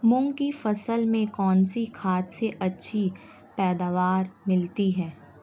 मूंग की फसल में कौनसी खाद से अच्छी पैदावार मिलती है?